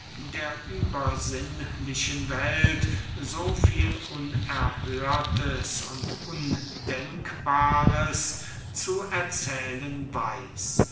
der übersinnlichen welt so viel unerhörtes und undenkbares zu erzählen weiß